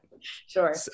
Sure